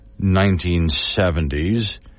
1970s